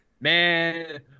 man